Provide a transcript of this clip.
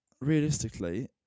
realistically